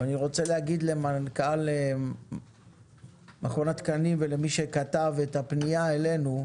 אני רוצה להגיד למנכ"ל מכון התקנים ולמי שכתב את הפנייה אלינו,